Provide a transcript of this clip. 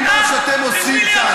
ממה שאתם עושים שם.